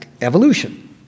evolution